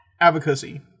Advocacy